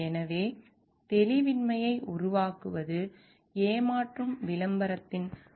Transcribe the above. எனவே தெளிவின்மையை உருவாக்குவது ஏமாற்றும் விளம்பரத்தின் குணங்களில் ஒன்றாகும்